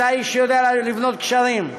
אתה איש שיודע לבנות גשרים,